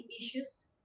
issues